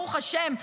ברוך השם,